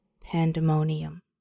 Pandemonium